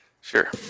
Sure